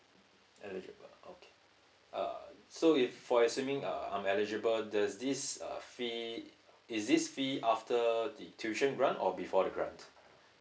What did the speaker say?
eligible okay uh so if for assuming uh I'm eligible does this uh fee is this fee after the tuition grant or before the grant